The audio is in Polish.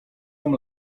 tam